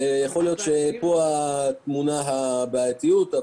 יכול להיות שפה טמונה הבעייתיות.